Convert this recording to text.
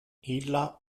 illa